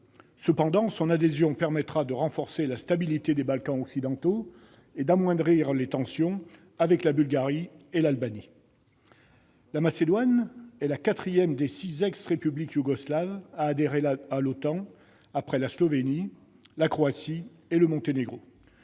Cependant, son adhésion permettra de renforcer la stabilité des Balkans occidentaux et d'amoindrir les tensions avec la Bulgarie et l'Albanie. La Macédoine est la quatrième des six ex-républiques yougoslaves à adhérer à l'OTAN, après la Slovénie, la Croatie et le Monténégro.